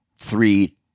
three